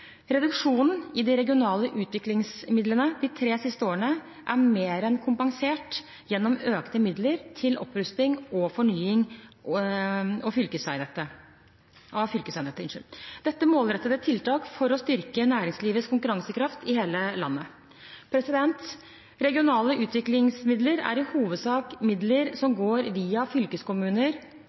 Reduksjonen i de regionale utviklingsmidlene de tre siste årene er mer enn kompensert gjennom økte midler til opprusting og fornying av fylkesveinettet. Dette er målrettede tiltak for å styrke næringslivets konkurransekraft i hele landet. Regionale utviklingsmidler er i hovedsak midler som går via fylkeskommuner